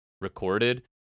recorded